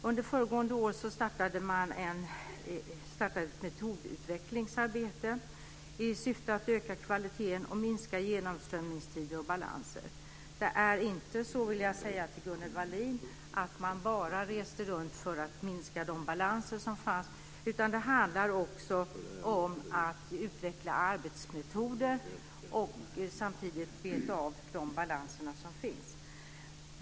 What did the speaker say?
Under föregående år startade ett metodutvecklingsarbete i syfte att öka kvaliteten och minska genomströmningstider och balanser. Det är inte så - det vill jag säga till Gunnel Wallin - att man bara reste runt för att minska de balanser som fanns, utan det handlade om att utveckla arbetsmetoder och att samtidigt beta av de balanser som finns.